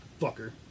fucker